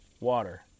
water